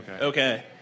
Okay